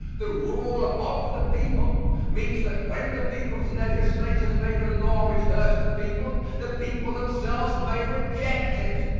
the rule of the people means that when the people's legislators make a law which hurts the people, the people themselves may reject it.